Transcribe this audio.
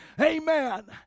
Amen